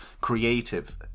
creative